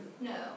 No